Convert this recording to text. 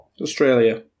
Australia